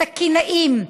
סכינאים,